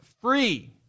free